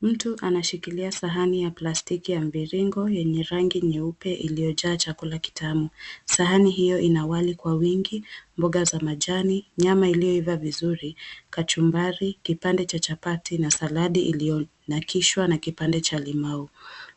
Mtu anashikilia sahani ya plastiki ya mviringo yenye rangi nyeupe iliyojaa chakula kitamu. Sahani hiyo ina wali kwa wingi, mboga za majani, nyama iliyoiva vizuri, kachumbari, kipande cha chapati na saladi iliyo nakishwa na kipande cha limau,